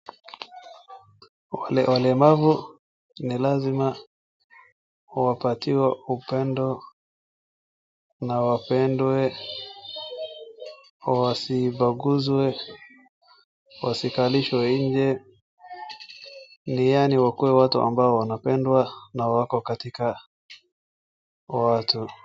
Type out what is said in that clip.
Walemavu ni lazima wapatiwe upendo na wapendwe, wasibaguzwe, wasikalishwe nje yaani wakuwe watu ambao wanapendwa na wako katika watu.